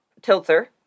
Tiltzer